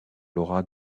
laura